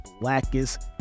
blackest